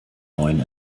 neuen